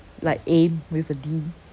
like aim with a D